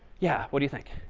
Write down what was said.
yeah, what do you think?